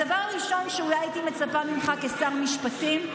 הדבר הראשון שאולי הייתי מצפה לו ממך כשר משפטים,